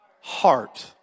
heart